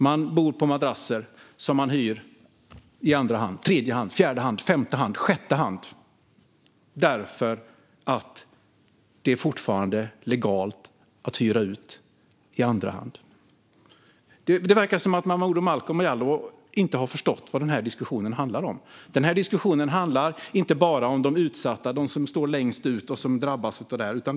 Man bor på madrasser som man hyr i andra, tredje, fjärde, femte eller sjätte hand, eftersom det fortfarande är legalt att hyra ut i andra hand. Det verkar som att Momodou Malcolm Jallow inte har förstått vad den här diskussionen handlar om. Det handlar inte bara om de utsatta, de som står längst ut och som drabbas av detta.